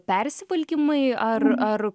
persivalgymai ar ar